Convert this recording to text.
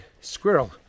squirrel